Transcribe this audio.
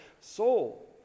Soul